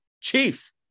chief